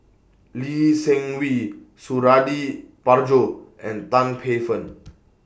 Lee Seng Wee Suradi Parjo and Tan Paey Fern